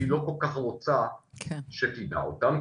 המדינה לא כל כך רוצה שתדע אותן,